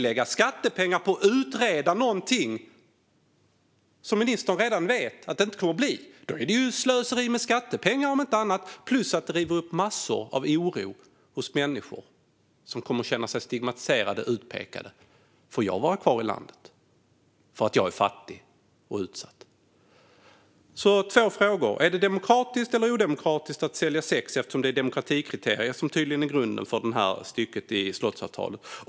Ska skattepengar användas till att utreda någonting som ministern redan vet inte kommer att bli av? De är ju slöseri med skattepengar, om inte annat, och river upp massor av oro hos människor som kommer att känna sig stigmatiserade och utpekade. Får jag vara kvar i landet, jag som är fattig och utsatt? Jag har alltså två frågor: Är det demokratiskt eller odemokratiskt att sälja sex när demokratikriteriet tydligen är grunden för det här stycket i slottsavtalet?